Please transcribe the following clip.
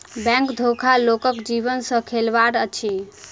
bank धोखा लोकक जीवन सॅ खेलबाड़ अछि